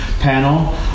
panel